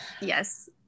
yes